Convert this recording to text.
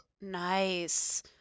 nice